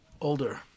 older